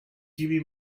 kiwi